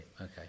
Okay